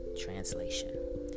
Translation